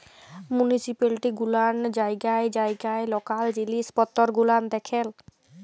municipality গুলান জায়গায় জায়গায় লকাল জিলিস পত্তর গুলান দেখেল